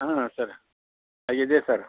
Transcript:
ಹಾಂ ಸರ್ ಇದೆ ಸರ್